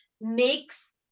makes